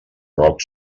roc